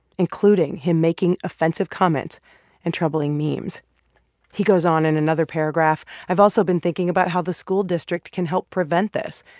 including him making offensive comments and troubling memes he goes on in another paragraph i've also been thinking about how the school district can help prevent this.